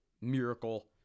Miracle